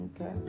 Okay